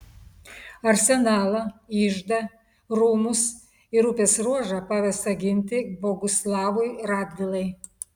arsenalą iždą rūmus ir upės ruožą pavesta ginti boguslavui radvilai